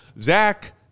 Zach